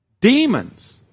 Demons